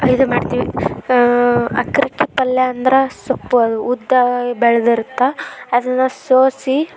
ಇದು ಮಾಡ್ತೀವಿ ಅಕ್ರಕ್ಕಿ ಪಲ್ಯ ಅಂದ್ರೆ ಸೊಪ್ಪು ಅದು ಉದ್ದಾ ಬೆಳ್ದಿರುತ್ತೆ ಅದನ್ನು ಸೋಸಿ